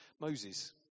Moses